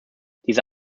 diese